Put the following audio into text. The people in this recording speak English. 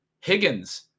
Higgins